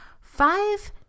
five